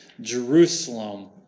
Jerusalem